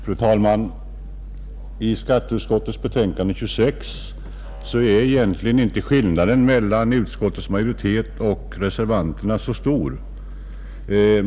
Fru talman! När det gäller skatteutskottets betänkande nr 26 är egentligen inte skillnaden mellan utskottets majoritet och reservanterna så stor.